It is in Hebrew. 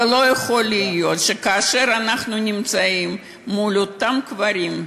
ולא יכול להיות שכאשר אנחנו נמצאים מול אותם קברים,